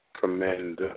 commend